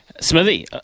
Smithy